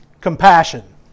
compassion